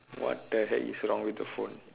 what the heck is wrong with the phone